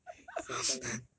想当年